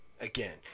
again